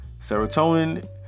serotonin